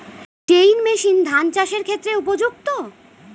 Chain machine ধান চাষের ক্ষেত্রে উপযুক্ত?